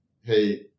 hey